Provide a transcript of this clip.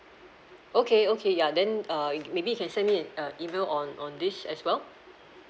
okay okay ya then uh e~ maybe you can send me an uh email on on this as well